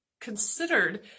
considered